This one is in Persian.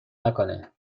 نکنه